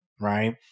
right